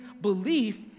belief